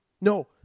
No